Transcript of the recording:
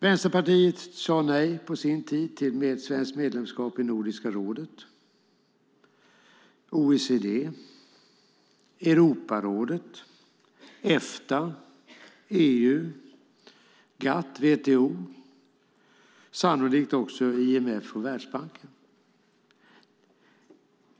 Vänsterpartiet sade på sin tid nej till ett svenskt medlemskap i Nordiska rådet, OECD, Europarådet, Efta, EU, GATT och WTO och sannolikt också till IMF och Världsbanken.